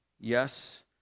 Yes